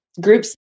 groups